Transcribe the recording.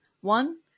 One